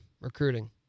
Recruiting